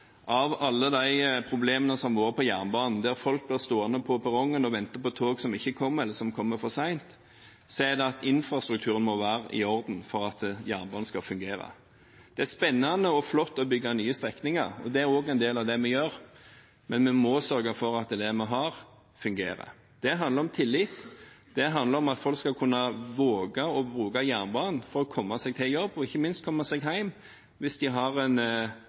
av alle de problemene som har vært med jernbanen, der folk blir stående på perrongen og vente på tog som ikke kommer, eller som kommer for sent, er det at infrastrukturen må være i orden for at jernbanen skal fungere. Det er spennende og flott å bygge nye strekninger, og det er også en del av det vi gjør, men vi må sørge for at det vi har, fungerer. Det handler om tillit. Det handler om at folk skal kunne våge å bruke jernbanen for å komme seg til jobb, og ikke minst komme seg hjem, hvis de har en